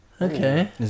Okay